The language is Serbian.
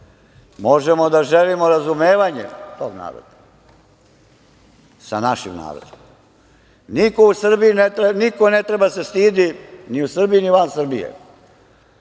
možemo da želimo razumevanje tog naroda sa našim narodom, ali niko ne treba da se stidi ni u Srbiji, ni van Srbije,